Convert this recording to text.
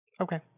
Okay